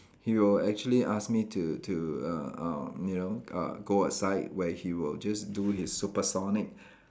he will actually ask me to to uh uh you know uh go aside where he will just do his supersonic